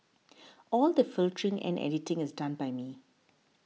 all the filtering and editing is done by me